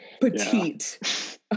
petite